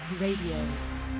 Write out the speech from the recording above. Radio